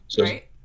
right